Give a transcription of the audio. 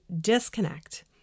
disconnect